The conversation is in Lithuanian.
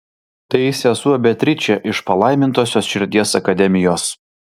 tai sesuo beatričė iš palaimintosios širdies akademijos